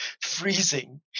freezing